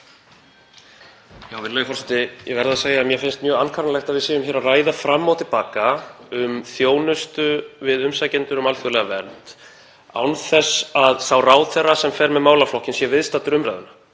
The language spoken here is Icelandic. Virðulegi forseti. Ég verð að segja að mér finnst mjög ankannalegt að við séum hér að ræða fram og til baka um þjónustu við umsækjendur um alþjóðlega vernd án þess að sá ráðherra sem fer með málaflokkinn sé viðstaddur umræðuna.